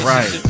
Right